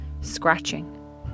scratching